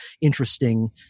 interesting